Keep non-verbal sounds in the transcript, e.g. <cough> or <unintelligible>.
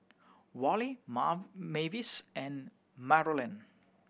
Worley <unintelligible> Mavis and Marolyn